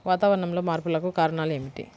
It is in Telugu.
వాతావరణంలో మార్పులకు కారణాలు ఏమిటి?